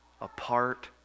apart